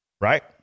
right